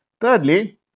Thirdly